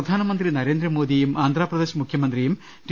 പ്രധാനമന്ത്രി നരേന്ദ്രമോദിയും ആന്ധ്രാപ്രദേശ് മുഖ്യന്ത്രിയും ടി